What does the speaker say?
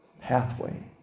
pathway